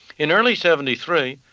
in early seventy three,